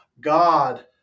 God